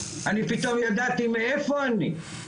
אני פתאום ידעתי מאיפה אני,